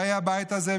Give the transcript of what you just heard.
באי הבית הזה,